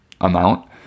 amount